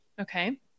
Okay